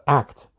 act